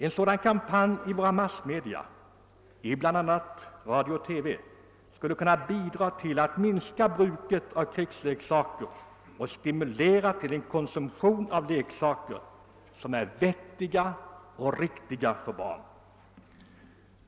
En sådan kampanj i våra massmedia, bl.a. i radio och TV, skulle kunna bidra till att minska bruket av krigsleksaker och stimulera till en konsumtion av leksaker som är vettiga och riktiga för barn.